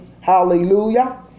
Hallelujah